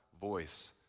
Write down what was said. voice